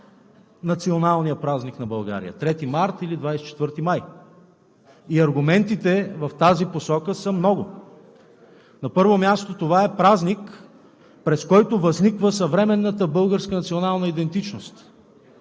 националният празник на България – 3 март или 24 май? И аргументите в тази посока са много. На първо място, това е празник, през който възниква съвременната българска национална идентичност.